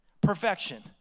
perfection